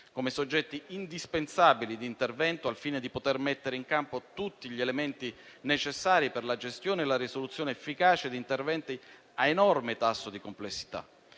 come soggetti indispensabili a un intervento finalizzato a mettere in campo tutti gli elementi necessari per la gestione e la risoluzione efficace di situazioni con un enorme tasso di complessità.